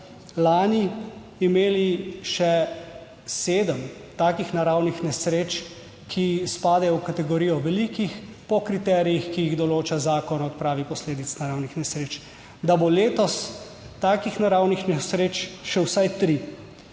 lani imeli še sedem takih naravnih nesreč, ki spadajo v kategorijo velikih po kriterijih, ki jih določa Zakon o odpravi posledic naravnih nesreč, da bo letos takih naravnih nesreč še vsaj tri,